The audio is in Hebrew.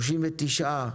39%,